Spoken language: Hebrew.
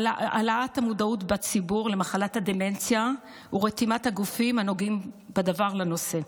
העלאת המודעות בציבור למחלת הדמנציה ורתימת הגופים הנוגעים בדבר לנושא.